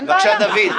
אין בעיה.